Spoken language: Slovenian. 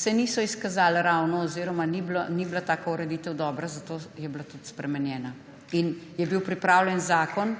se niso ravno izkazali oziroma ni bila tista ureditev dobra, zato je bila tudi spremenjena in je bil pripravljen zakon,